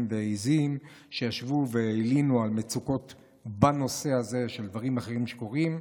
ועיזים שישבו והלינו על מצוקות בנושא הזה ושל דברים אחרים שקורים.